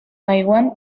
taiwán